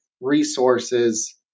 resources